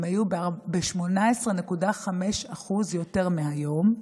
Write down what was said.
הם היו ב-18.5% יותר מהיום,